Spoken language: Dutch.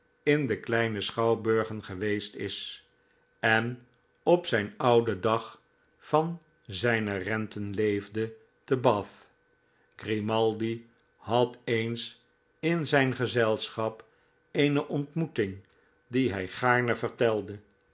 in de kleine schouwburgen geweest is en op zijn ouden dag van zijne renten leefde te bath grimaldi had eens in zijn gezelschap eene ontmoeting die hij gaarne vertelde